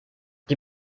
die